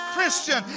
Christian